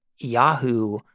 Yahoo